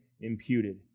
imputed